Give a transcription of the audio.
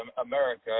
America